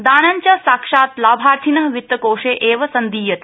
दानं च साक्षात् लाभार्थिन वित्तकोषे एव संदीयते